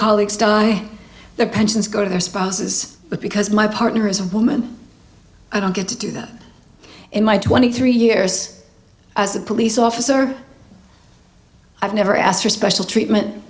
colleagues die their pensions go to their spouses but because my partner is a woman i don't get to do that in my twenty three years as a police officer i've never asked for special treatment